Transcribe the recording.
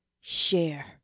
share